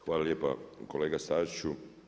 Hvala lijepa kolega Staziću.